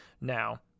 Now